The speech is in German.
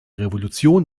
revolution